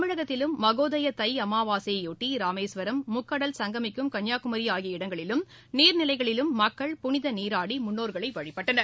தமிழகத்திலும் மகோதய தை அமாவாசையையொட்டி ராமேஸ்வரம் முக்கடல் சங்கமிக்கும் கன்னியாகுமி ஆகிய இடங்களிலும் நீர்நிலைகளிலும் மக்கள் புனித நீராடி முன்னோர்களை வழிபட்டனர்